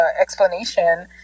explanation